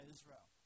Israel